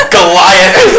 Goliath